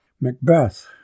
Macbeth